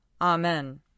Amen